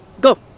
go